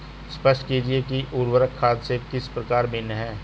स्पष्ट कीजिए कि उर्वरक खाद से किस प्रकार भिन्न है?